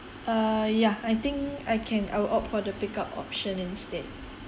err ya I think I can I will opt for the pick-up option instead